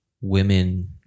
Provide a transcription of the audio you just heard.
Women